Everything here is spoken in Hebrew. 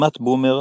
מאט בומר,